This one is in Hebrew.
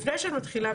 לפני שאת מתחילה,